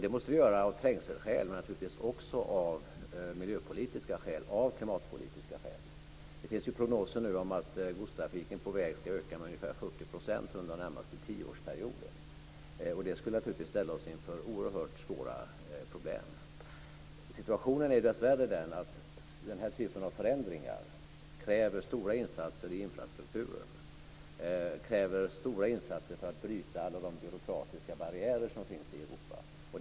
Det måste vi göra av trängselskäl, men naturligtvis också av miljöpolitiska och klimatpolitiska skäl. Det finns ju prognoser om att godstrafiken på väg ska öka med ungefär 40 % under den närmaste tioårsperioden. Det skulle naturligtvis ställa oss inför oerhört svåra problem. Situationen är dessvärre den att den här typen av förändringar kräver stora insatser i infrastrukturen och stora insatser för att bryta alla de byråkratiska barriärer som finns i Europa.